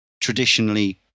traditionally